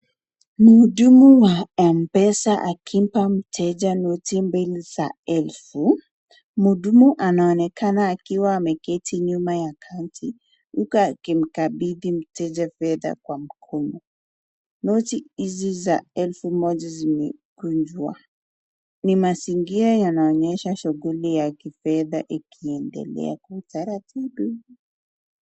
Mhudumu wa mpesa akimpa mteja noti mbili za elfu. Mhudumu anaonekana akiwa ameketi nyuma ya kanti huku akimkabidhi mteja fedha kwa mkono. Noti hizi za elfu moja zimekunjwa. Ni mazingira yanayonyesha shuguli ya kifedha ikiendelea kwa utaratibu.